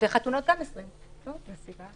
זאת אומרת